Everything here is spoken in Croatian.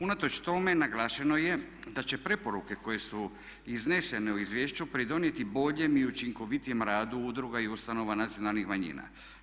Unatoč tome naglašeno je da će preporuke koje su iznesene u izvješću pridonijeti boljem i učinkovitijem radu udruga i ustanova nacionalnih manjina.